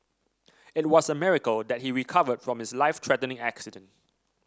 it was a miracle that he recovered from his life threatening accident